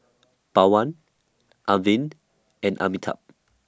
Pawan Arvind and Amitabh